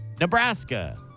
nebraska